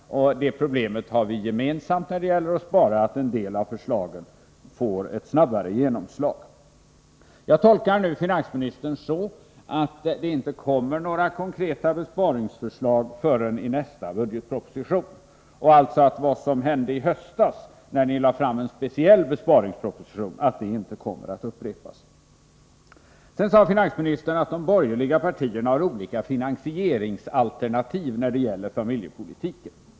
Vårt gemensamma problem när det gäller att spara är att en del av förslagen får ett snabbare genomslag än andra. Jag tolkar nu finansministern så att det inte kommer några konkreta besparingsförslag förrän i nästa budgetproposition och att vad som hände i höstas, när ni lade fram en speciell besparingsproposition, inte kommer att upprepas. Finansministern sade sedan att de borgerliga partierna har olika finansieringsalternativ när det gäller familjepolitiken.